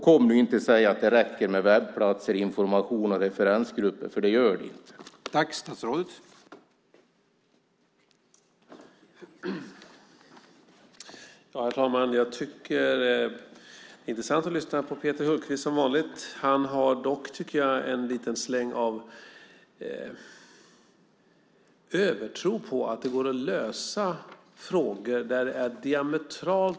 Kom inte och säg att det räcker med webbplatser, information och referensgrupper! Det gör det inte.